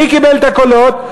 מי קיבל את הקולות?